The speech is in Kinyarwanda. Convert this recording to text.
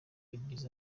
ibyiza